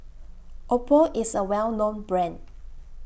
Oppo IS A Well known Brand